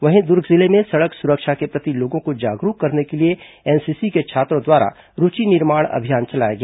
वहीं दुर्ग जिले में सड़क सुरक्षा के प्रति लोगों को जागरूक करने के लिए एनसीसी के छात्रों द्वारा रूचि निर्माण अभियान चलाया गया